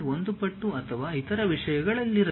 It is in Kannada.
1 ಪಟ್ಟು ಅಥವಾ ಇತರ ವಿಷಯಗಳಿರಲಿ